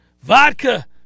Vodka